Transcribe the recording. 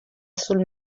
sul